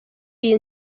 iyi